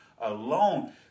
alone